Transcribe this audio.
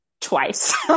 twice